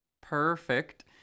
perfect